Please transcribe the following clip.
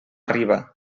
riba